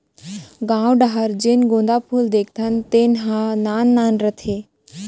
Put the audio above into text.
गॉंव डहर जेन गोंदा फूल देखथन तेन ह नान नान रथे